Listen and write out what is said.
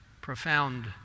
profound